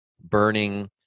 burning